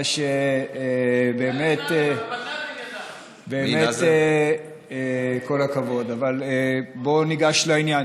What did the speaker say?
שבאמת, באמת כל הכבוד, אבל בואו ניגש לעניין.